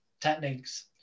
techniques